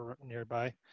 nearby